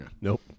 Nope